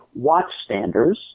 watchstanders